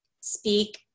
speak